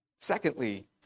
Secondly